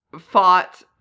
fought